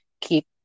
Keep